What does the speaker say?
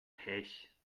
pech